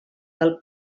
del